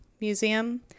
museum